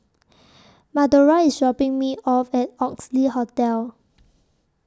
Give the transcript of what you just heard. Madora IS dropping Me off At Oxley Hotel